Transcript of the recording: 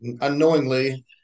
unknowingly